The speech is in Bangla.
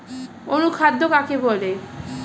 অনুখাদ্য কাকে বলে?